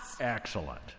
Excellent